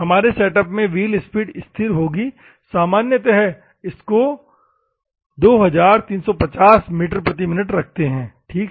हमारे सेटअप में wheel speed स्थिर होगी सामान्यत इसको 2350 मीटर प्रति मिनट रखते हैं ठीक है